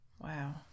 Wow